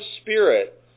spirit